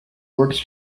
works